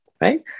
right